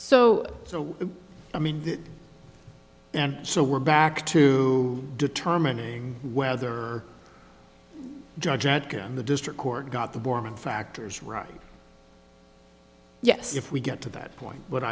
so so i mean and so we're back to determining whether judge in the district court got the borman factors right yes if we get to that point